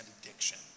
addiction